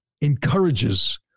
encourages